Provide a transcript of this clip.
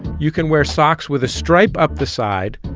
you can wear socks with a stripe up the side,